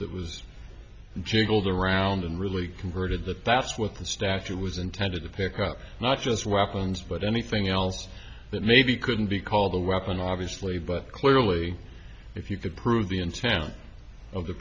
that was jiggled around and really converted that that's what the statute was intended to pick up not just weapons but anything else that may be couldn't be called a weapon obviously but clearly if you could prove the in town of the